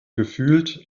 gefühlt